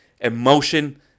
emotion